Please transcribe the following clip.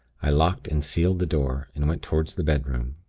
i locked and sealed the door, and went toward the bedroom,